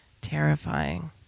terrifying